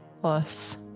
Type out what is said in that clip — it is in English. plus